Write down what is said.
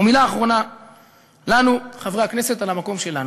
ומילה אחת אחרונה לנו, חברי הכנסת, על המקום שלנו.